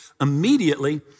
immediately